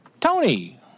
Tony